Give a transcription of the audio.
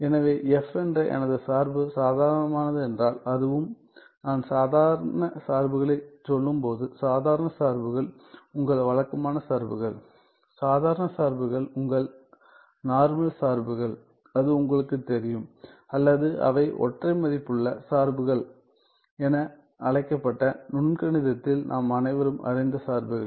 எனவே f என்ற எனது சார்பு சாதாரணமானது என்றால் அதுவும் நான் சாதாரண சார்புகளைச் சொல்லும்போது சாதாரண சார்புகள் உங்கள் வழக்கமான சார்புகள் சாதாரண சார்புகள் உங்கள் நார்மல் சார்புகள் அது உங்களுக்கு தெரியும் அல்லது அவை ஒற்றை மதிப்புள்ள சார்புகள் என அழைக்கப்பட்ட நுண் கணிதத்தில் நாம் அனைவரும் அறிந்த சார்புகளே